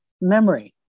memory